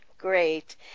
Great